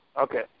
okay